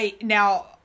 Now